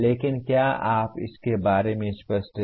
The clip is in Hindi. लेकिन क्या आप इसके बारे में स्पष्ट हैं